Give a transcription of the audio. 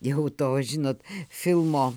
jau to žinot filmo